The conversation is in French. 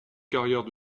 carrière